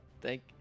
Thank